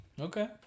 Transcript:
Okay